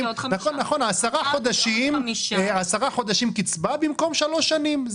נכון, עשרה חודשים קצבה במקום שלוש שנים.